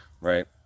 right